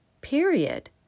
Period